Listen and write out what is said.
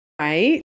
Right